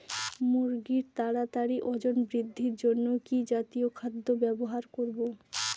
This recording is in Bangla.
মুরগীর তাড়াতাড়ি ওজন বৃদ্ধির জন্য কি জাতীয় খাদ্য ব্যবহার করব?